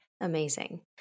Amazing